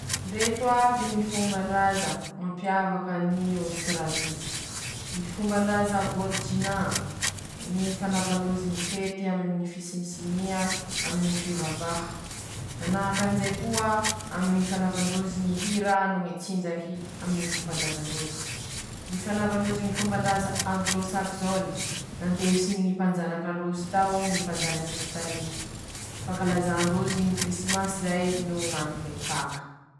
Indreto iaby ñy fombandraza mampiavaka ny ôsitiraly: ñy fombandraza bôrijinà, ñy fanaova ndrozy ñy fety aminy ñy fisinisinia, aminy ñy fivavaha, manahakanjay koa aminy ñy fanaovandrozy ñy hira no ñy tsinjaky aminy ñy fombandraza ndrozy, ñy fanaova ndrozy ñy fombandraza aglôsakizôny, nandesiny ñy panjakan'androzy tao, ñy panjanaka britanike, ñy fanankaza ndrozy ñy krisimasy zay no ñ'androny paka.